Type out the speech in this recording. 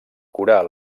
curar